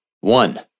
One